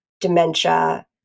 dementia